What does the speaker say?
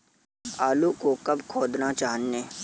आलू को कब खोदना चाहिए?